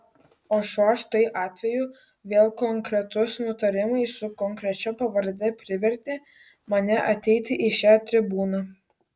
o šiuo štai atveju vėl konkretus nutarimas su konkrečia pavarde privertė mane ateiti į šią tribūną